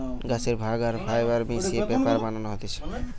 গাছের ভাগ আর ফাইবার মিশিয়ে পেপার বানানো হতিছে